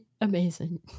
amazing